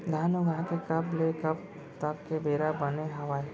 धान उगाए के कब ले कब तक के बेरा बने हावय?